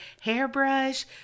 hairbrush